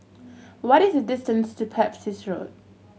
what is the distance to Pepys Road